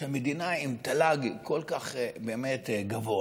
שמדינה עם תל"ג כל כך גבוה,